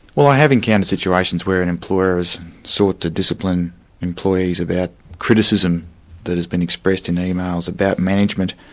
well i have encountered situations where an employer has sought to discipline employees about criticism that has been expressed in emails about management.